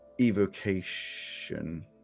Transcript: Evocation